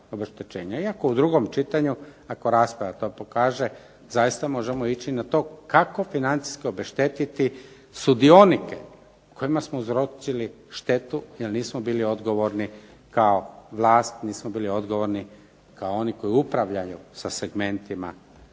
iako u drugom čitanju ako rasprava to pokaže zaista možemo ići na to kako financijski obeštetiti sudionike kojima smo uzročili štetu jer nismo bili odgovorni kao vlast, nismo bili odgovorni kao oni koji upravljaju sa segmentima